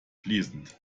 fließend